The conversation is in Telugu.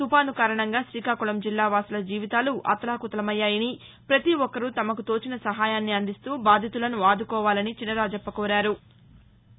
తుపాసు కారణంగా శ్రీకాకుళం జిల్లా వాసుల జీవితాలు అతలాకుతలమయ్యాయని పతి ఒక్కరూ తమకు తోచిన సహాయాన్ని అందిస్తూ బాధితులను ఆదుకోవాలని చినరాజప్ప కోరారు